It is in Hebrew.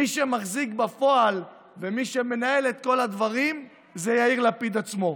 מי שמחזיק בפועל ומי שמנהל את כל הדברים זה יאיר לפיד עצמו,